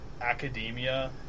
academia